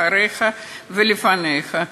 אחריך ולפניך,